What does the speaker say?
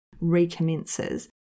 recommences